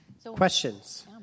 Questions